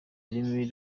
ururimi